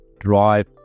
drive